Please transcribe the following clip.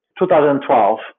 2012